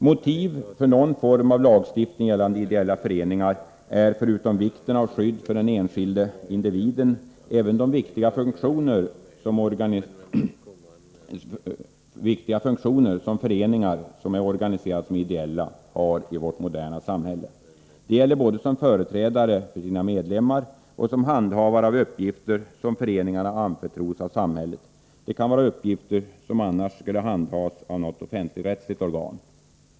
Motiv för någon form av lagstiftning gällande ideella föreningar är, förutom vikten av skydd för den enskilde individen, även de viktiga funktioner föreningar som är organiserade såsom ideella har i vårt moderna samhälle. Det gäller både som företrädare för medlemmarna och som handhavare av uppgifter som föreningarna anförtros av samhället. Det kan vara uppgifter som annars skulle handhas av något offentligrättsligt organ.